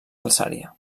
alçària